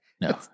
No